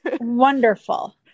Wonderful